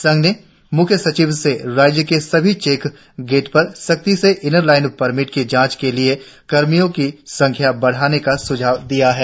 संघ ने मुख्य सचिव से राज्य के सभी चेक गेट पर सख्ती से इनर लाइन परमिट की जांच के लिए कर्मियो की संख्या बढ़ाने का सुझाव दिया है